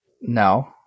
No